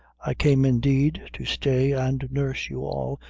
i came, indeed, to stay and nurse you all,